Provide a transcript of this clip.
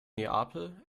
neapel